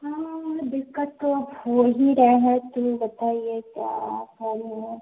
हाँ दिक्कत तो अब हो ही रही है तो बताइए क्या हल है